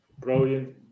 brilliant